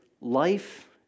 life